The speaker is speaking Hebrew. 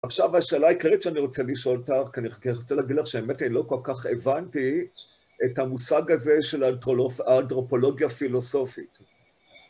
עכשיו השאלה העיקרית שאני רוצה לשאול אותך, כי אני רוצה להגיד לך שהאמת היא, לא כל כך הבנתי את המושג הזה של האנתרופולוגיה פילוסופית.